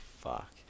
fuck